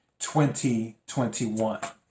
2021